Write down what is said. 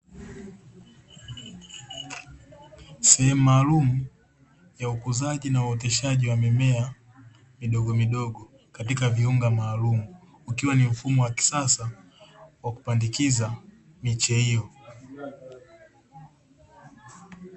Sehemu maalumu ya ukuzaji na uoteshaji wa mimea midogomidogo katika viunga maalumu ukiwa ni mfumo wa kisasa wa kupandikiza miche hiyo.